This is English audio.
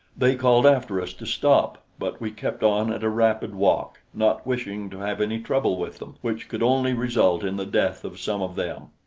they called after us to stop but we kept on at a rapid walk, not wishing to have any trouble with them, which could only result in the death of some of them.